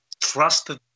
trusted